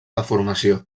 deformació